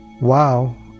Wow